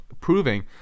proving